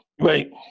Right